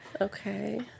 Okay